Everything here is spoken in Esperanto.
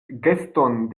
geston